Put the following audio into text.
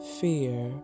fear